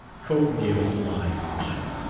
cope gave a sly smile.